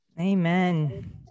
Amen